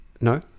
no